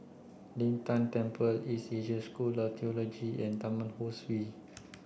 Lin Tan Temple East Asia School of Theology and Taman Ho Swee